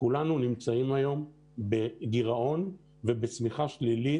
כולנו נמצאים היום בגירעון ובצמיחה שלילית.